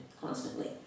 constantly